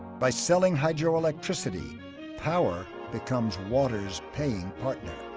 by selling hydro-electricity power becomes water's paying partner.